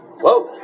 Whoa